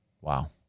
Wow